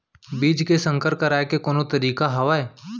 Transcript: बीज के संकर कराय के कोनो तरीका हावय?